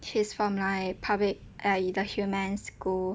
he's from like public like the humans school